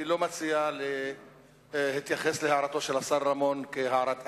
אני מציע שלא להתייחס להערתו של השר רמון כהערת אגב.